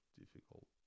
difficult